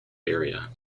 area